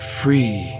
free